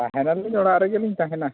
ᱛᱟᱦᱮᱸ ᱱᱟᱞᱤᱧ ᱚᱲᱟᱜ ᱨᱮᱜᱮ ᱞᱤᱧ ᱛᱟᱦᱮᱱᱟ